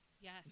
Yes